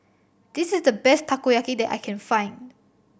this is the best Takoyaki that I can find